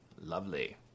Lovely